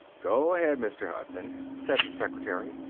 go ahead, mr. hudson, said the secretary.